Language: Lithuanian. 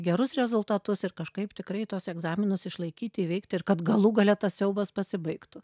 gerus rezultatus ir kažkaip tikrai tuos egzaminus išlaikyti įveikti ir kad galų gale tas siaubas pasibaigtų